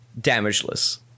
damageless